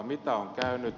mitä on käynyt